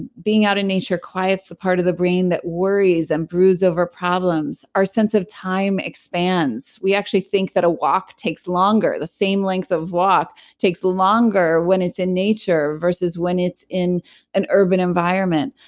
being out in nature quiets the part of the brain that worries and brews over problems, our sense of time expands we actually think that a walk takes longer. the same length of walk takes longer when it's in nature versus when it's in an urban environment.